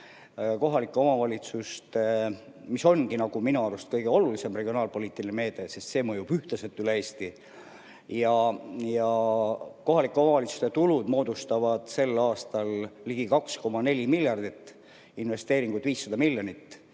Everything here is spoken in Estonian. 200 miljoni võrra, mis ongi minu arust kõige olulisem regionaalpoliitiline meede, sest see mõjub ühtlaselt üle Eesti. Kohalike omavalitsuste tulud moodustavad sel aastal ligi 2,4 miljardit, investeeringud 500 miljonit.